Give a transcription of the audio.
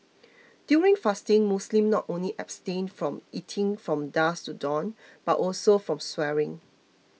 during fasting Muslims not only abstain from eating from dusk to dawn but also from swearing